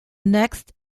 next